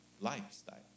lifestyle